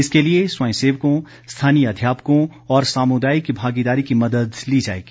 इसके लिए स्वयं सेवकों स्थानीय अध्यापकों और सामुदायिक भागीदारी की मदद ली जाएगी